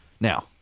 Now